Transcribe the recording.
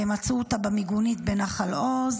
ומצאו אותה במיגונית בנחל עוז.